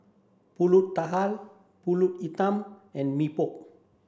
Pulut Tatal Pulut Hitam and Mee Pok